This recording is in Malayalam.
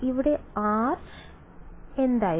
ഇപ്പോൾ r ഇവിടെ എന്തായിരുന്നു